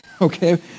Okay